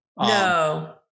No